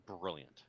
brilliant